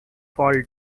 fall